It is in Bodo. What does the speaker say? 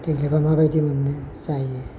देग्लायबा माबादि मोनो जायो